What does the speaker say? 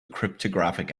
cryptographic